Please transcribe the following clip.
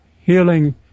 healing